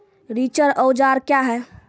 रिचर औजार क्या हैं?